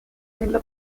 nella